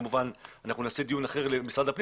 כמובן אנחנו נעשה דיון אחר למשרד הפנים